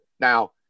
Now